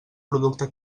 producte